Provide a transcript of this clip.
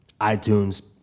iTunes